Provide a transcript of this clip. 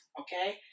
okay